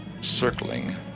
circling